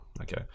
okay